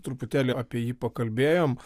truputėlį apie jį pakalbėjom